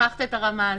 שכחת את הרמה הזו.